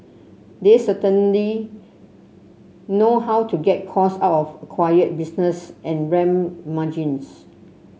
they certainly know how to get costs out of acquired business and ramp margins